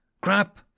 Crap